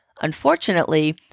Unfortunately